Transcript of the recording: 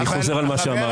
אני חוזר על מה שאמרתי.